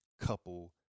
couple